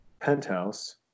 Penthouse